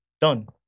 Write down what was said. done